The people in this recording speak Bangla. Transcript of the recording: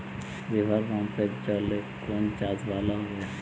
রিভারপাম্পের জলে কোন চাষ ভালো হবে?